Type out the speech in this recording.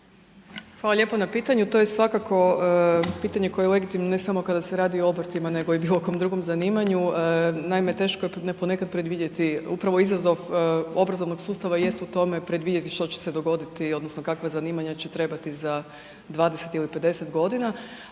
Hvala lijepo na pitanju. To je svakako pitanje koje je legitimno, ne samo kada se radi o obrtima nego i bilo kojem drugom zanimanju. Naime, teško je ponekad predvidjeti upravo izazov obrazovnog sustava jest u tome, predvidjeti što će se dogoditi, odnosno kakva zanimanja će trebati za 20 ili 50 godina,